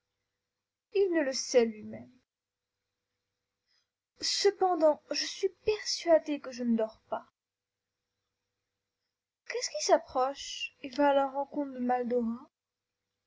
il ne le sait lui-même cependant je suis persuadé que je ne dors pas qu'est-ce qui s'approche et va à la rencontre de